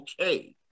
okay